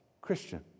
Christian